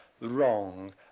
wrong